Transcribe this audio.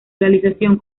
realización